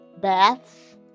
baths